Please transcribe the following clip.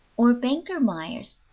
or banker myers,